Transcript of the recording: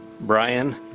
Brian